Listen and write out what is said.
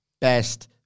best